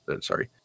Sorry